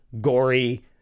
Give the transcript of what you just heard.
gory